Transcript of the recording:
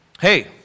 Hey